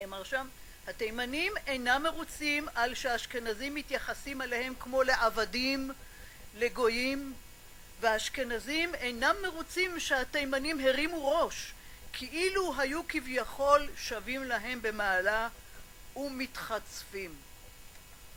התימנים אינם מרוצים על שהאשכנזים מתייחסים אליהם כמו לעבדים, לגויים והאשכנזים אינם מרוצים שהתימנים הרימו ראש כאילו היו כביכול שווים להם במעלה ומתחצפים